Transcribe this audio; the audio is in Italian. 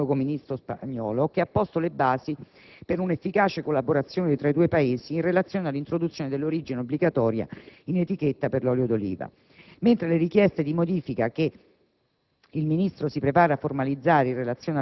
È di qualche settimana fa, infatti, un incontro con l'omologo Ministro spagnolo che ha posto le basi per un'efficace collaborazione tra i due Paesi in relazione all'introduzione dell'origine obbligatoria in etichetta per l'olio d'oliva. Invece, le richieste di modifica che